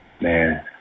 Man